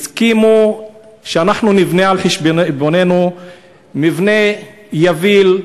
והסכימו שאנחנו נבנה על חשבוננו מבנה יביל,